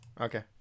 Okay